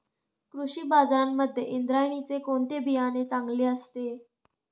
कृषी बाजारांमध्ये इंद्रायणीचे कोणते बियाणे चांगले असते?